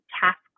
task